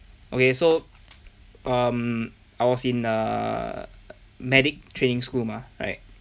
okay so um I was in err medic training school mah right